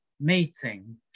meeting